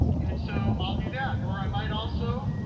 and so i'll do that. or i might also,